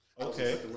Okay